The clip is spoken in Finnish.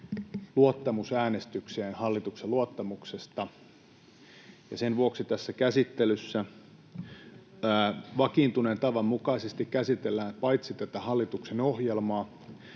luottamusäänestykseen hallituksen luottamuksesta, ja sen vuoksi tässä käsittelyssä vakiintuneen tavan mukaisesti käsitellään paitsi tätä hallituksen ohjelmaa